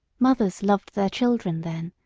mothers loved their children then,